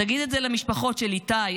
תגיד את זה למשפחות של איתי,